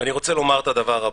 ואני רוצה לומר את הדבר הבא.